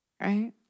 Right